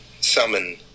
summon